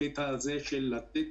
כי אם ניתן